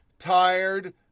Tired